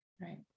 Right